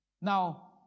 Now